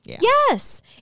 Yes